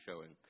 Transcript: showing